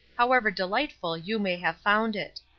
however delightful you may have found it.